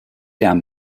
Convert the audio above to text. down